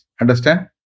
Understand